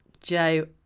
Joe